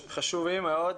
הם חשובים מאוד.